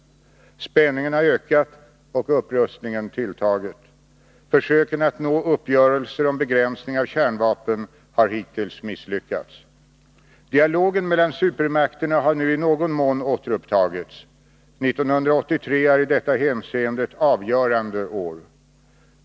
Spänningen har ökat och upprustningen tilltagit. Försöken att nå uppgörelser om begränsning av kärnvapen har hittills misslyckats. Dialogen mellan supermakterna har nu i någon mån återupptagits. 1983 är i detta hänseende ett avgörande år.